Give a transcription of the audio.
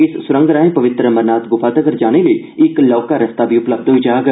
इस सुरंग राएं पवितर अमरनाथ ग्फा तगर जाने लेई इक लौहका रस्ता बी उपलब्ध होई जाग